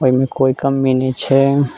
एहिमे कोइ कमी नहि छै